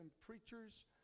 preachers